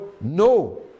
no